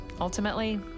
Ultimately